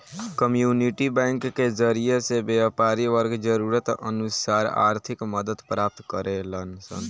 community bank के जरिए से व्यापारी वर्ग जरूरत अनुसार आर्थिक मदद प्राप्त करेलन सन